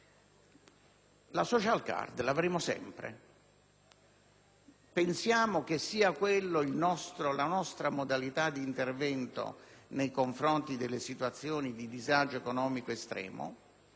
La *social card* l'avremo sempre? Pensiamo che sia quella la nostra modalità di intervento nei confronti delle situazioni di disagio economico estremo?